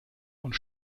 und